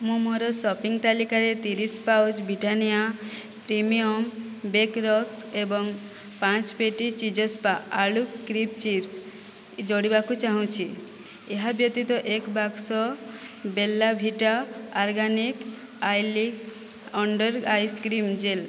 ମୁଁ ମୋର ସପିଂ ତାଲିକାରେ ତିରିଶ pouch Britannia premium bake rusk ଏବଂ ପାଞ୍ଚ ପେଟି ଚିଜପ୍ପା ଆଳୁ କ୍ରିସ୍ପ ଚିପ୍ସ୍ ଯୋଡ଼ିବାକୁ ଚାହୁଁଛି ଏହା ବ୍ୟତୀତ ଏକ ବାକ୍ସ Bella Vita organic eyelift under eye cream jail